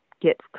get